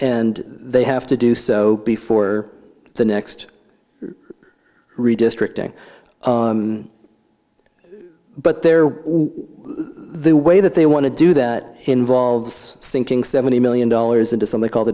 and they have to do so before the next redistricting but there we the way that they want to do that involves sinking seventy million dollars into something called